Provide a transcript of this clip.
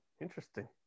Interesting